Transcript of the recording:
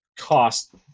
cost